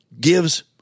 gives